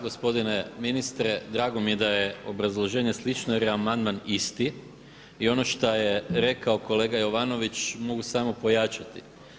Gospodine ministre, drago mi je da je obrazloženje slično jer je amandman isti i ono što je rekao kolega Jovanović mogu samo pojačati.